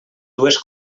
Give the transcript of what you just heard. dues